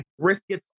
briskets